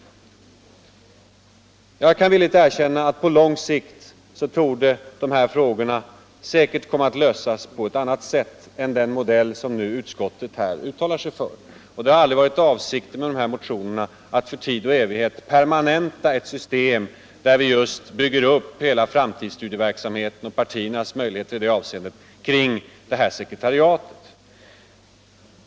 Anslag till framtids Jag skall villigt erkänna att på lång sikt kommer de här frågorna sästudier kerligen att lösas på ett annat sätt än enligt den modell som utskottet nu uttalar sig för, och det har aldrig varit avsikten med motionerna att för tid och evighet permanenta ett system där vi just bygger upp hela framtidsstudieverksamheten och partiernas möjligheter i det avseendet kring detta sekretariat.